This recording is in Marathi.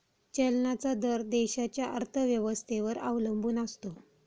चलनाचा दर देशाच्या अर्थव्यवस्थेवर अवलंबून असतो